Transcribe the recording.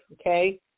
okay